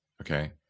Okay